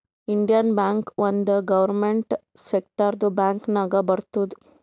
Indian Bank ಒಂದ್ government ಸೆಕ್ಟರ್ದು bank ನಾಗ್ ಬರ್ತುದ್